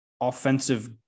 offensive